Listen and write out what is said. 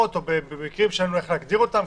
או במקרים שאין לנו איך להגדיר אותם,